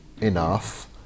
enough